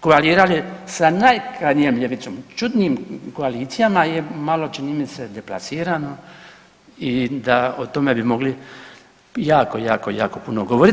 koalirali sa najkrajnjijom ljevicom čudnim koalicijama je malo čini mi se deplasirano i da o tome bi mogli jako, jako puno govoriti.